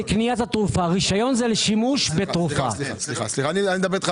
הרי יש לך